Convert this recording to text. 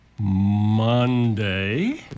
Monday